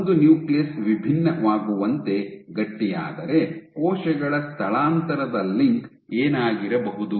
ಒಂದು ನ್ಯೂಕ್ಲಿಯಸ್ ವಿಭಿನ್ನವಾಗುವಂತೆ ಗಟ್ಟಿಯಾದರೆ ಕೋಶಗಳ ಸ್ಥಳಾಂತರದ ಲಿಂಕ್ ಏನಾಗಿರಬಹುದು